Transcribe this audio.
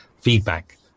feedback